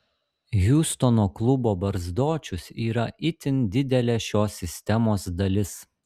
hjustono klubo barzdočius yra itin didelė šios sistemos dalis